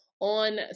on